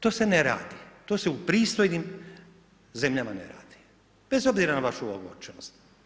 To se ne radi, to se u pristojnim zemljama ne radi bez obzira na vašu ogorčenost.